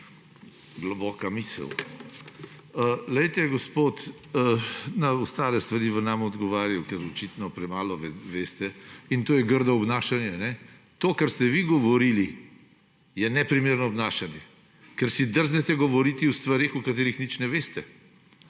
Globoka misel. Gospod, na ostale stvari vam ne bom odgovarjal, ker očitno premalo veste; in to je grdo obnašanje. To, kar ste vi govorili, je neprimerno obnašanje, ker si drznete govoriti o stvareh, o katerih nič ne veste.